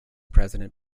president